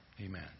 Amen